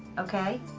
ok?